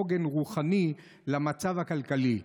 עוגן רוחני למצב הכלכלי.